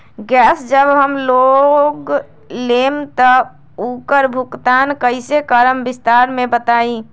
Gas जब हम लोग लेम त उकर भुगतान कइसे करम विस्तार मे बताई?